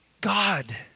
God